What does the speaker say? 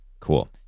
Cool